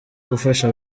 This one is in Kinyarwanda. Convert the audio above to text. gufasha